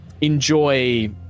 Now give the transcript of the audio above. enjoy